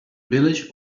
village